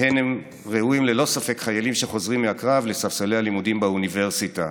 שראויים להן ללא ספק חיילים שחוזרים מהקרב לספסלי הלימודים באוניברסיטה.